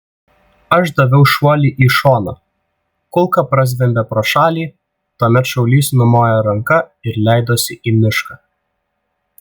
aš daviau šuolį į šoną kulka prazvimbė pro šalį tuomet šaulys numojo ranka ir leidosi į mišką